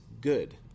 good